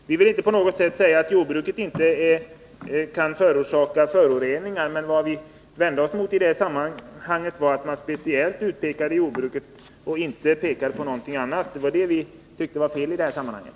Herr talman! Vi vill inte på något sätt säga att jordbruket inte kan förorsaka föroreningar, men vad vi vänder oss mot i det sammanhanget är att man speciellt utpekade jordbruket och inte pekade på någonting annat. Det var det som vi tyckte var fel i det här sammanhanget.